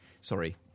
Sorry